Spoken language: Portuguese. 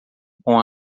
com